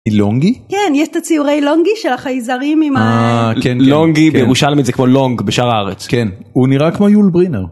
לונגי? -יש את הציורי לונגי, של החייזרים עם ה... -אה, כן. -'לונגי' בירושלמית זה כמו 'לונג' בשאר הארץ. -כן. הוא נראה כמו יול ברינר.